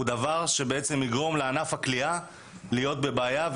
הוא דבר שבעצם יגרום לענף הקליעה להיות בבעיה,